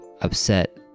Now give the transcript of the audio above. upset